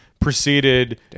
Proceeded